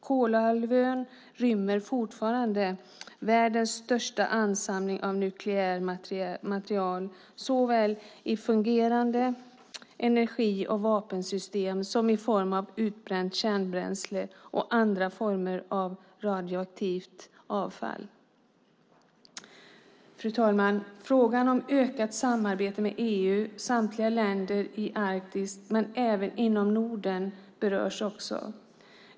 Kolahalvön rymmer fortfarande världens största ansamling av nukleärt material, såväl i fungerande energi och vapensystem som i form av utbränt kärnbränsle och andra former av radioaktivt avfall. Fru talman! Frågan om ökat samarbete med EU, samtliga länder i Arktis och inom Norden berörs också.